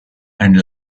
and